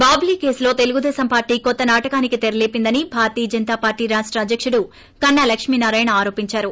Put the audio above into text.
బాబ్లీ కేసులో తెలుగుదేశం పార్లీ కొత్త నాటకానికి తెరలేపిందని భారతీయ జనతా పార్లీ రాష్ట అధ్యకుడు కన్నా లక్ష్మీనారాయణ ఆరోపించారు